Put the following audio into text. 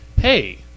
Hey